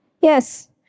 Yes